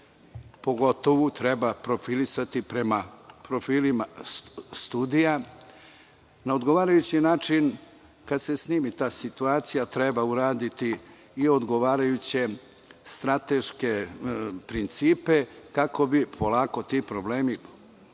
Pogotovo treba profilisati prema profilima sudija. Na odgovarajući način, kada snimi ta situacija, treba uraditi i odgovarajuće strateške principe kako bi polako ti problemi počeli